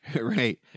Right